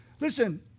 listen